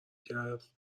کرد